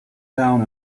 down